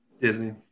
Disney